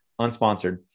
Unsponsored